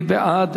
מי בעד?